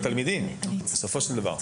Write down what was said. השאלה מה הם סיפרו לתלמידים בסופו של דבר.